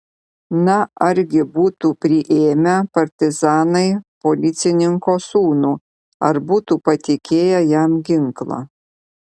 na argi būtų priėmę partizanai policininko sūnų ar būtų patikėję jam ginklą